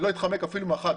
אני לא אתחמק, אפילו לא מאחת.